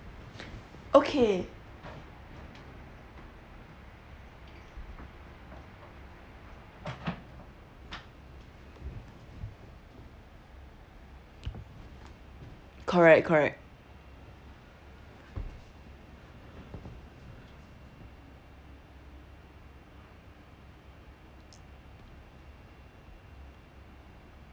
okay correct correct